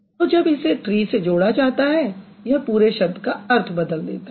तो जब इसे ट्री से जोड़ा जाता है तब यह पूरे शब्द का अर्थ बदल देता है